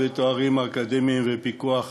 אקדמיים ופיקוח,